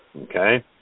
Okay